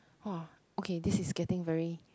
!wah! okay this is getting very